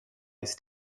his